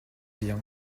bien